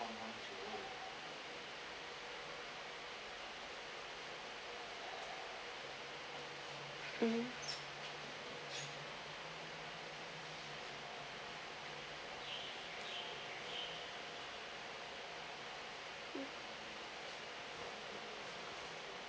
mmhmm